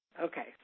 okay